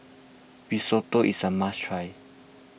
Risotto is a must try